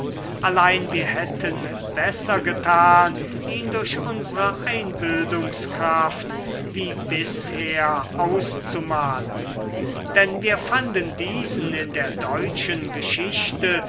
allein wir hätten besser getan ihn durch unsre einbildungskraft wie bisher auszumalen denn wir fanden diesen in der deutschen geschichte